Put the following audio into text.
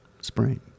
spring